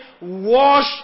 wash